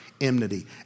Enmity